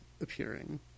appearing